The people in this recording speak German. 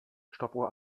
stoppuhr